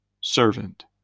Servant